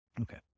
Okay